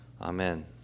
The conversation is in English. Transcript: Amen